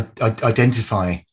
identify